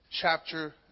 chapter